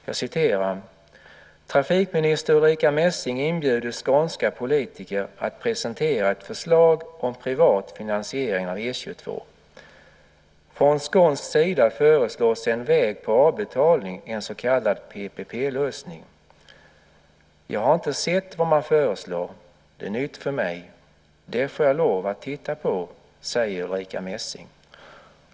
Jag citerar: "Trafikminister Ulrica Messing inbjuder skånska politiker att presentera ett förslag om privat finansiering av E 22. Från skånsk sida föreslås en väg på avbetalning, en så kallad PPP-lösning. - Jag har inte sett vad man föreslår. Det är nytt för mig. Det får jag lov att titta på, säger Ulrica Messing."